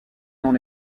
dans